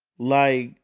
like,